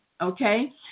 okay